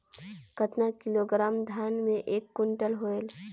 कतना किलोग्राम धान मे एक कुंटल होयल?